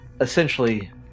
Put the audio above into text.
essentially